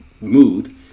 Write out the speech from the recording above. mood